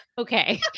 Okay